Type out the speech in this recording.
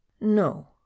No